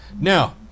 Now